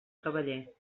cavaller